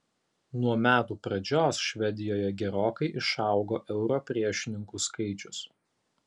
nuo metų pradžios švedijoje gerokai išaugo euro priešininkų skaičius